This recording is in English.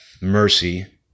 mercy